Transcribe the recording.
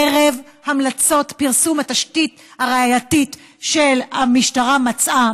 ערב פרסום המלצות התשתית הראייתית שהמשטרה מצאה,